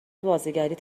بازیگریت